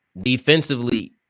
defensively